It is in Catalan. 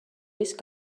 vist